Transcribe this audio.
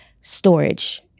storage